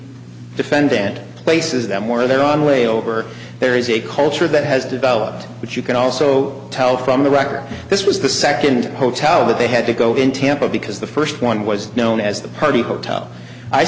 defendant places them or they're on way over there is a culture that has developed but you can also tell from the record this was the second hotel that they had to go in tampa because the first one was known as the party hotel i